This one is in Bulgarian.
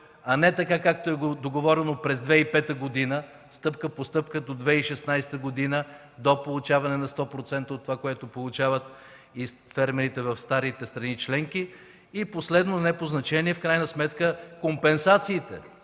а не така, както е договорено през 2005 г. – стъпка по стъпка до 2016 г. до получаване на 100% от това, което получават и фермерите в старите страни членки? И последно не по значение: в крайна сметка компенсациите